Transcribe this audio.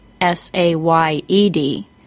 S-A-Y-E-D